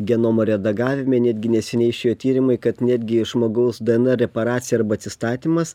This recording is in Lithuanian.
genomo redagavime netgi neseniai išėjo tyrimai kad netgi žmogaus dnr reparacija arba atsistatymas